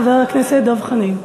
חבר הכנסת דב חנין.